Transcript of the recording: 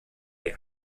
die